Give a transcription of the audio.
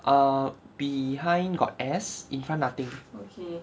err behind got S in front nothing